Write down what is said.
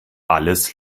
alles